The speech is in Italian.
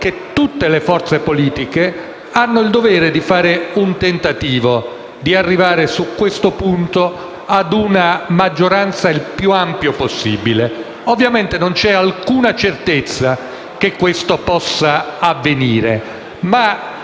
tutte le forze politiche hanno il dovere di tentare di arrivare su questo punto alla maggioranza più ampia possibile. Ovviamente non c'è alcuna certezza che ciò possa avvenire, ma